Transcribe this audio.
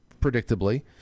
predictably